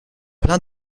plein